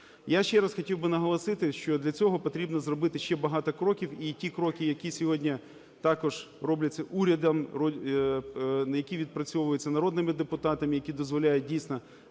Я ще раз хотів би наголосити, що для цього потрібно зробити ще багато кроків. І ті кроки, які сьогодні також робляться урядом, які відпрацьовуються народними депутатами, які дозволяють дійсно